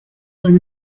than